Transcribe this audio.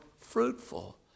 fruitful